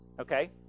Okay